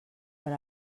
per